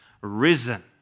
risen